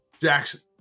Jackson